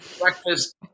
breakfast